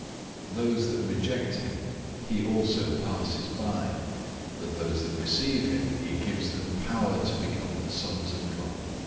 those that reject him he also passes by but those that receive him, he gives them power to become the sons of god.